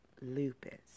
lupus